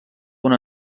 una